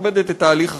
ומכבדת את תהליך החקיקה.